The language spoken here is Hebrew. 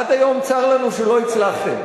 עד היום צר לנו שלא הצלחתם.